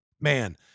man